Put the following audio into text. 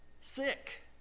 sick